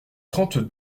trente